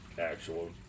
actual